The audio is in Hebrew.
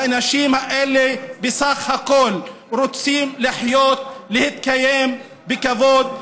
האנשים האלה בסך הכול רוצים לחיות, להתקיים בכבוד.